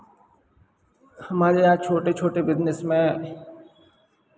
हमारे यहाँ छोटे छोटे बिज़नेस में